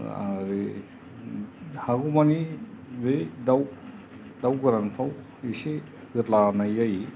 आरो हागौमानि बे दाउ दाउ गोरानफ्राव एसे होद्लानाय जायो